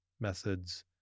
methods